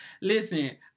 Listen